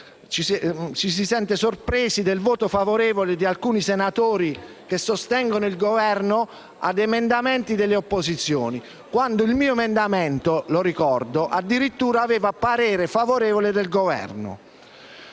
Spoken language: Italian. ci si sente sorpresi del voto favorevole di alcuni senatori, che sostengono il Governo, ad emendamenti delle opposizioni, quando il mio emendamento - lo ricordo - addirittura aveva il parere favorevole del Governo.